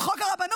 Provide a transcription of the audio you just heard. על חוק הרבנות?